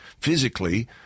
physically